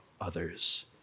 others